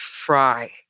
Fry